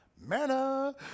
Manna